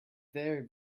there